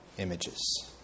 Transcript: images